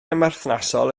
amherthnasol